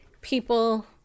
people